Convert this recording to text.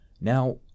Now